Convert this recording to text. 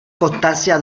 constancia